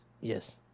yes